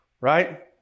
right